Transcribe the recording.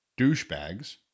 douchebags